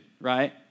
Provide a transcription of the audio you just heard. right